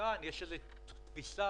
לא, זה פשוט לא יאומן.